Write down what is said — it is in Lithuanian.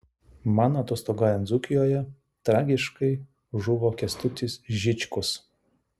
man atostogaujant dzūkijoje tragiškai žuvo kęstutis žičkus